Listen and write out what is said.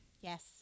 Yes